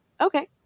Okay